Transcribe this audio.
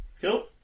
Cool